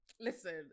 listen